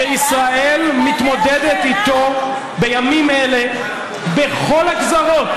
שישראל מתמודדת איתו בימים אלה בכל הגזרות